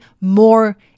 more